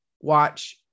watch